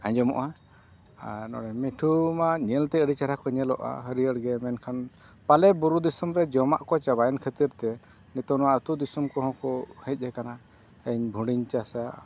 ᱟᱸᱡᱚᱢᱚᱜᱼᱟ ᱟᱨ ᱢᱤᱴᱷᱩ ᱢᱟ ᱧᱮᱞᱛᱮ ᱟᱹᱰᱤ ᱪᱮᱦᱨᱟ ᱠᱚ ᱧᱮᱞᱚᱜᱼᱟ ᱦᱟᱹᱨᱭᱟᱹᱲ ᱜᱮ ᱢᱮᱱᱠᱷᱟᱱ ᱯᱟᱞᱮ ᱵᱩᱨᱩ ᱫᱤᱥᱚᱢ ᱨᱮ ᱡᱚᱢᱟᱜ ᱠᱚ ᱪᱟᱵᱟᱭᱮᱱ ᱠᱷᱟᱹᱛᱤᱨ ᱛᱮ ᱱᱤᱛᱚᱜ ᱱᱚᱣᱟ ᱟᱹᱛᱩ ᱫᱤᱥᱚᱢ ᱠᱚᱦᱚᱸ ᱠᱚ ᱦᱮᱡ ᱟᱠᱟᱱᱟ ᱤᱧ ᱵᱷᱩᱲᱤᱧ ᱪᱟᱥᱟ